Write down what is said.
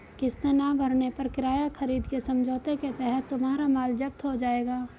किस्तें ना भरने पर किराया खरीद के समझौते के तहत तुम्हारा माल जप्त हो जाएगा